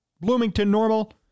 Bloomington-Normal